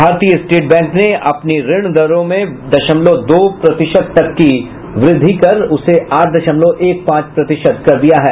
भारतीय state bank ने अपनी ऋण दरों में दशमलव दो प्रतिशत तक की वृद्धि कर उसे आठ दशमलव एक पांच प्रतिशत कर दिया है